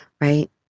right